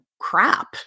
crap